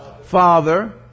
father